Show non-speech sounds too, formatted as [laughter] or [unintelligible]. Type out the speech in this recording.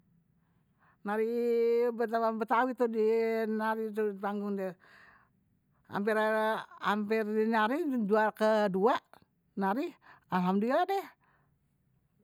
Nari betawi tuh die [unintelligible] ampe juara ke dua nari, alhamdulillah deh.